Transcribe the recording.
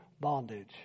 bondage